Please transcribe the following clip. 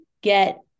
get